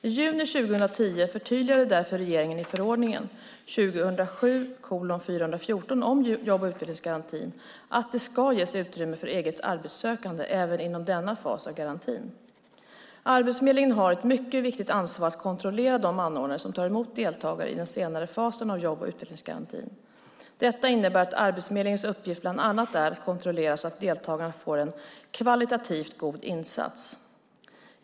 I juni 2010 förtydligade därför regeringen i förordningen om jobb och utvecklingsgarantin att det ska ges utrymme för eget arbetssökande även inom denna fas av garantin. Arbetsförmedlingen har ett mycket viktigt ansvar att kontrollera de anordnare som tar emot deltagare i den senare fasen av jobb och utvecklingsgarantin. Detta innebär att Arbetsförmedlingens uppgift bland annat är att kontrollera så att deltagarna får en kvalitativt god insats.